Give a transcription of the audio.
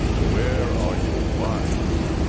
where are your wives?